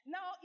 Now